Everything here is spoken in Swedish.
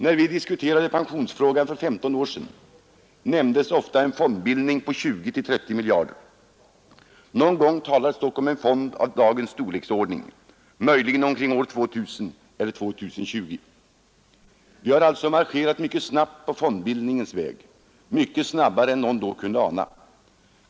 När vi diskuterade pensionsfrågan för femton år sedan nämndes ofta en fondbildning på 20—30 miljarder. Någon gång talades dock om en fond av dagens storleksordning — möjligen omkring år 2000 eller 2020. Vi har alltså marscherat mycket snabbt på fondbildningens väg, snabbare än någon då kunde ana.